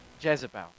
Jezebel